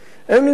אז הם נמצאים פה.